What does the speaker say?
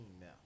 now